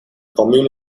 commune